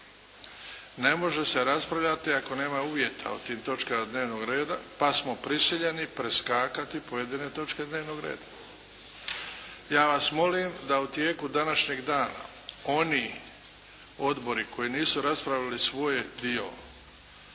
Ne može se raspravljati ako nema uvjeta o tim točkama dnevnoga reda, pa smo prisiljeni preskakati pojedine točke dnevnog reda. Ja vas molim da u tijeku današnjeg dana oni odbori koji nisu raspravili svoj dio